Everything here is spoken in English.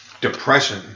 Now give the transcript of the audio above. depression